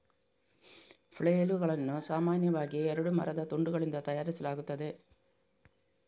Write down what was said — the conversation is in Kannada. ಫ್ಲೇಲುಗಳನ್ನು ಸಾಮಾನ್ಯವಾಗಿ ಎರಡು ಮರದ ತುಂಡುಗಳಿಂದ ತಯಾರಿಸಲಾಗುತ್ತದೆ